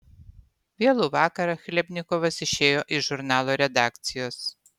vėlų vakarą chlebnikovas išėjo iš žurnalo redakcijos